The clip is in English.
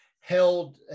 held